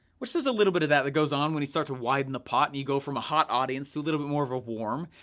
which there's a little bit of that that goes on when you start to widen the pot and you go from a hot audience to a little bit more of a warm,